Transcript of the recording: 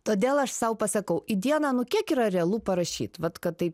todėl aš sau pasakau į dieną nu kiek yra realu parašyt vat kad taip